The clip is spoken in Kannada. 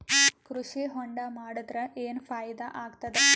ಕೃಷಿ ಹೊಂಡಾ ಮಾಡದರ ಏನ್ ಫಾಯಿದಾ ಆಗತದ?